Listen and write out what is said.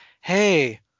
hey